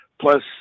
Plus